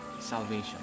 Salvation